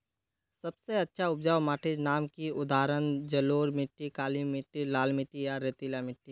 सबसे अच्छा उपजाऊ माटिर नाम की उदाहरण जलोढ़ मिट्टी, काली मिटटी, लाल मिटटी या रेतीला मिट्टी?